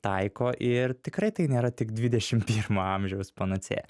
taiko ir tikrai tai nėra tik dvidešim pirmo amžiaus panacėja